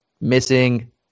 Missing